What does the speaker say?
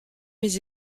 mais